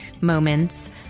moments